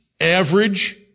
average